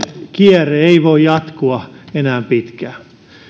kierre ei voi jatkua enää pitkään